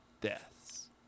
deaths